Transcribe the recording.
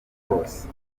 rwose